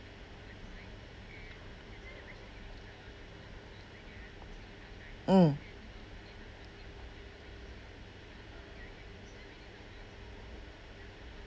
mm